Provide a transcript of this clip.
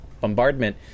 bombardment